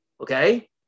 okay